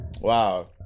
Wow